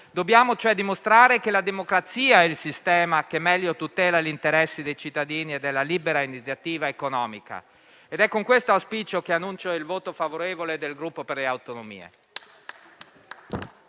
dobbiamo, cioè, dimostrare che la democrazia è il sistema che meglio tutela gli interessi dei cittadini e della libera iniziativa economica, ed è con questo auspicio che annuncio il voto favorevole del Gruppo Per le Autonomie.